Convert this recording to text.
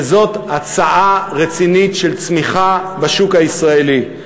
וזה הצעה רצינית של צמיחה בשוק הישראלי.